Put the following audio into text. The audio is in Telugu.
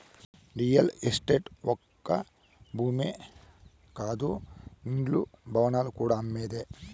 రియల్ ఎస్టేట్ ఒక్క భూమే కాదు ఇండ్లు, భవనాలు కూడా అమ్మేదే